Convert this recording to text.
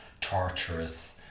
torturous